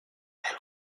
elle